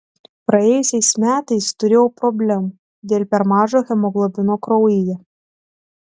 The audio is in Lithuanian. praėjusiais metais turėjau problemų dėl per mažo hemoglobino kraujyje